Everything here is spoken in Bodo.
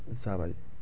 जाबाय